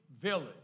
village